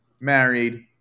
married